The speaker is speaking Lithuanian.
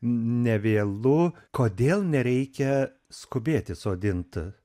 ne vėlu kodėl nereikia skubėti sodint